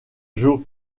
joe